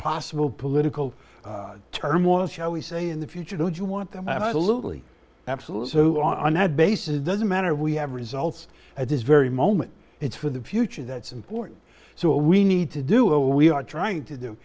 possible political turmoil shall we say in the future don't you want them and i loosely absolute so on that basis it doesn't matter we have results at this very moment it's for the future that's important so we need to do all we are trying to do